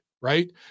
right